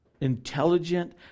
intelligent